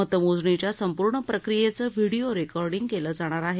मतमोजणीच्या संपूर्ण प्रक्रियेचं व्हिडीओ रेकॉर्डिंग केलं जाणार आहे